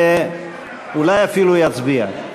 ואולי אפילו יצביע.